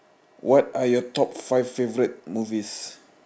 what are your top five favorite movies